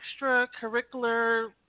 extracurricular